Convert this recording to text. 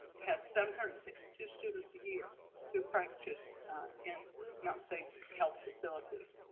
has seven hundred and sixty two students a year who practice in mountain states health facilities.